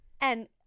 and-